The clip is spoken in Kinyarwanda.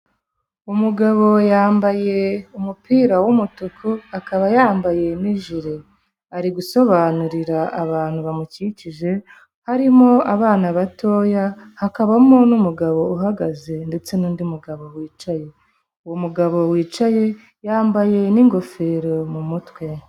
Umugabo yambaye umupira w'umutuku akaba yambaye n'ijire ari gusobanurira abantu bamukikije, harimo abana batoya hakabamo n'umugabo uhagaze ndetse n'undi mugabo wicaye, uwo mugabo wicaye yambaye n'ingofero mu mutwe.